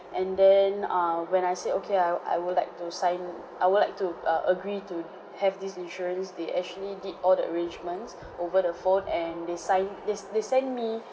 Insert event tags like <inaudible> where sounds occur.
and then err when I said okay I I would like to sign I would like to uh agree to have this insurance they actually did all the arrangements <breath> over the phone and they sign they s~ they send me